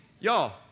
Y'all